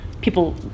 people